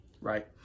right